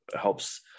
helps